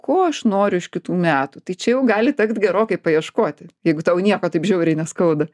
ko aš noriu iš kitų metų tai čia jau gali tekti gerokai paieškoti jeigu tau nieko taip žiauriai neskauda